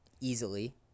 easily